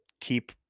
keep